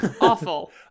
Awful